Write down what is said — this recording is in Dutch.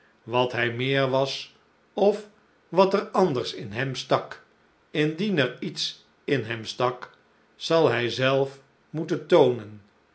wat hij meer was of wat er anders in hem stak indien er iets in hem stak zal hij zelf moeten toonen